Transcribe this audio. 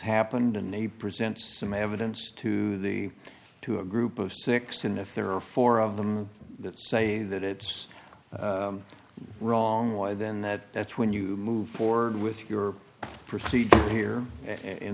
happened and you present some evidence to the to a group of six and if there are four of them that say that it's wrong why then that that's when you move forward with your procedure here in